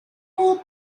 would